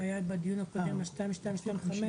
היה בדיון הקודם ה-2225,